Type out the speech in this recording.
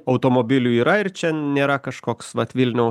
automobilių yra ir čia nėra kažkoks vat vilniau